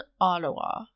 ottawa